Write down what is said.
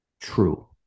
true